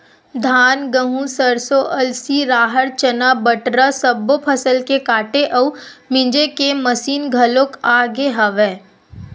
धान, गहूँ, सरसो, अलसी, राहर, चना, बटरा सब्बो फसल के काटे अउ मिजे के मसीन घलोक आ गे हवय